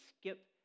skip